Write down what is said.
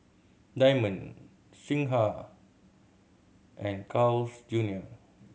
Diamond Singha and Carl's Junior